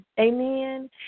Amen